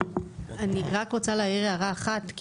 אני רק רוצה להעיר הערה אחת.